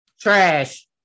Trash